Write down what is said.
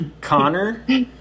Connor